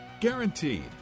guaranteed